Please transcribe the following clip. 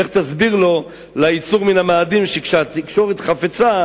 לך תסביר לו, ליצור מן המאדים, שכשהתקשורת חפצה